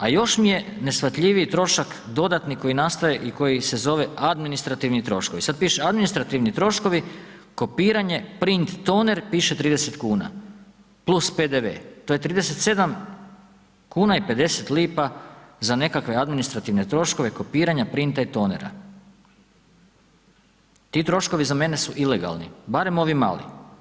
A još mi je neshvatljiviji trošak dodatni koji nastaje i koji se zove administrativni troškovi, sad piše administrativni troškovi kopiranje, print, toner piše 30,00 kn + PDV, to je 37,50 kn za nekakve administrativne troškove kopiranja, printa i tonera, ti troškovi za mene su ilegalni, barem ovi mali.